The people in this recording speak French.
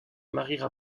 mariera